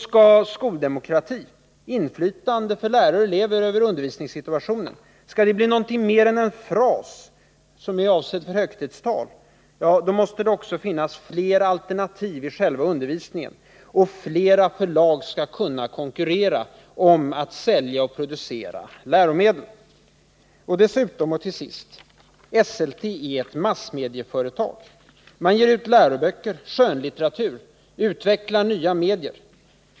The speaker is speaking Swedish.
Skall skoldemokratin— inflytande för lärare och elever över undervisningssituationen — bli någonting mer än en fras som är avsedd för högtidstal, då måste det också finnas fler alternativ i själva undervisningen, och flera förlag skall kunna konkurrera om att producera och sälja läromedel. Dessutom och till sist: Esselte är ett massmedieföretag. Det ger ut läroböcker och skönlitteratur, det utvecklar nya medier.